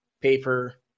paper